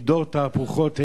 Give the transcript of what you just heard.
כי דור תהפוכות המה.